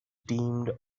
deemed